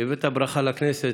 הבאת ברכה לכנסת,